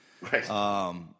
Right